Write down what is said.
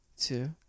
two